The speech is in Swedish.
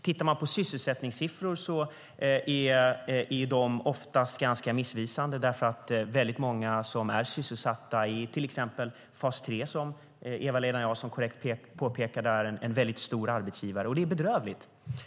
Tittar man på sysselsättningssiffror är de oftast ganska missvisande, eftersom många är sysselsatta i till exempel fas 3, vilket Eva-Lena Jansson påpekade är en väldigt stor arbetsgivare. Det är bedrövligt.